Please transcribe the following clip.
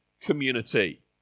community